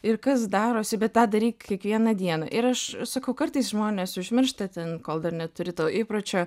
ir kas darosi bet tą daryk kiekvieną dieną ir aš sakau kartais žmonės užmiršta ten kol dar neturi to įpročio